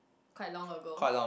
quite long ago